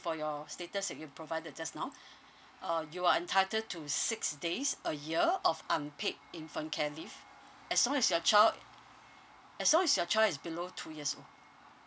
for your status that you provided just now uh you are entitled to six days a year of unpaid infant care leave as long as your child as long as your child is below two years old